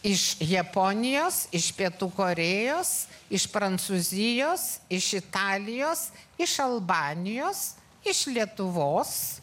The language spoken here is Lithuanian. iš japonijos iš pietų korėjos iš prancūzijos iš italijos iš albanijos iš lietuvos